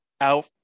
out